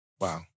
Wow